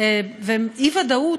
אי-ודאות,